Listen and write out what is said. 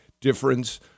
difference